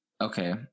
Okay